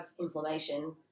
inflammation